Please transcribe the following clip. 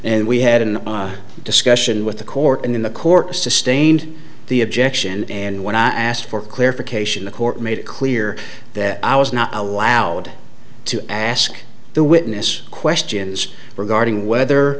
and we had an discussion with the court in the court sustained the objection and when i asked for clarification the court made it clear that i was not allowed to ask the witness questions regarding whether